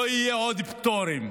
לא יהיו עוד פטורים,